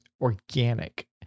organic